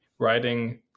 writing